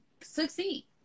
succeed